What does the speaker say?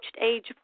age